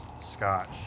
scotch